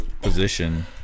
position